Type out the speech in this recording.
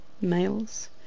males